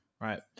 Right